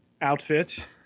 outfit